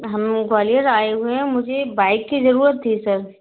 हम लोग ग्वालियर आए हुए हैं मुझे एक बाइक की ज़रूरत थी सर